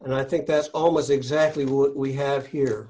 and i think that's almost exactly what we have here